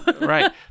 Right